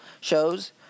shows